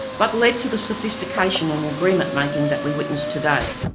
but led to the sophistication in agreement making that we witness today.